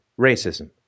racism